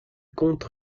contes